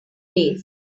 days